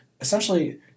essentially